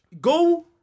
go